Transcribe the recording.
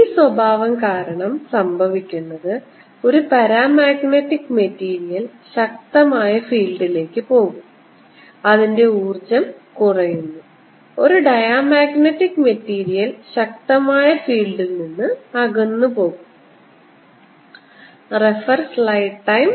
ഈ സ്വഭാവം കാരണം സംഭവിക്കുന്നത് ഒരു പാരാമാഗ്നറ്റിക് മെറ്റീരിയൽ ശക്തമായ ഫീൽഡിലേക്ക് പോകും അതിന്റെ ഊർജ്ജം കുറയുന്നു ഒരു ഡയാമാഗ്നറ്റിക് മെറ്റീരിയൽ ശക്തമായ ഫീൽഡിൽ നിന്ന് അകന്നുപോകും